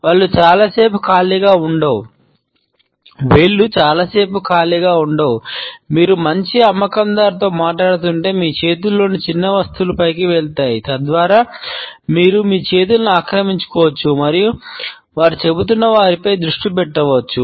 వేళ్లు చాలాసేపు ఖాళీగా ఉండవు మీరు మంచి అమ్మకందారునితో మాట్లాడుతుంటే మీ చేతుల్లోని చిన్న వస్తువులపైకి వెళతాయి తద్వారా మీరు మీ చేతులను ఆక్రమించుకోవచ్చు మరియు వారు చెబుతున్న వాటిపై దృష్టి పెట్టవచ్చు